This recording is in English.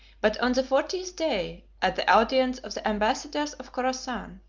but on the fortieth day, at the audience of the ambassadors of chorasan,